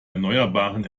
erneuerbaren